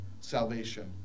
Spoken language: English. Salvation